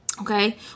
Okay